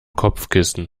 kopfkissen